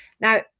Now